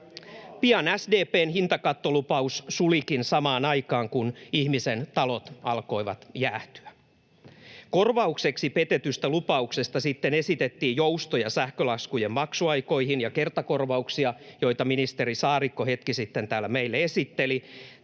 Pian SDP:n hintakattolupaus sulikin samaan aikaan, kun ihmisten talot alkoivat jäähtyä. Korvaukseksi petetystä lupauksesta sitten esitettiin joustoja sähkölaskujen maksuaikoihin ja kertakorvauksia, joita ministeri Saarikko hetki sitten täällä meille esitteli.